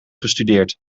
gestudeerd